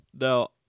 Now